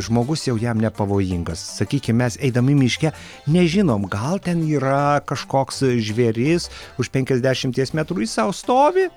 žmogus jau jam nepavojingas sakykim mes eidami miške nežinom gal ten yra kažkoks žvėris už penkiasdešimties metrų jis sau stovi